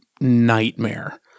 nightmare